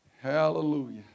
Hallelujah